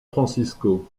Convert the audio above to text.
francisco